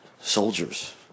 soldiers